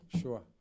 Sure